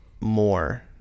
more